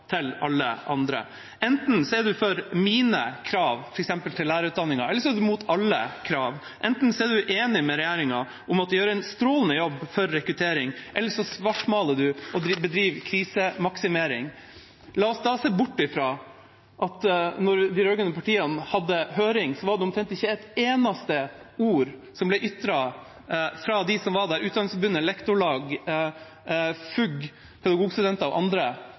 til alle andre: Enten er man for mine krav til f.eks. lærerutdanningen, eller så er man imot alle krav. Enten er man enig med regjeringa i at de gjør en strålende jobb for rekruttering, eller så svartmaler man og bedriver krisemaksimering. La oss se bort ifra at da de rød-grønne partiene hadde høring, var det omtrent ikke et eneste ord som ble ytret fra dem som var der – Utdanningsforbundet, Norsk Lektorlag, Foreldreutvalget for grunnopplæringen, Pedagogstudentene og andre